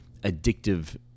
addictive